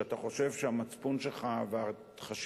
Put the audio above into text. שאתה חושב שהמצפון שלך והחשיבות,